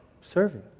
serving